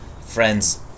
friend's